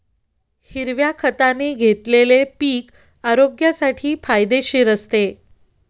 हिरव्या खताने घेतलेले पीक आरोग्यासाठी फायदेशीर असते